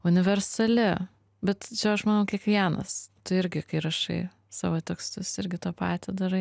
universali bet aš manau kiekvienas tu irgi kai rašai savo tekstus irgi tą patį darai